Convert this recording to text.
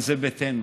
אבל זה ביתנו,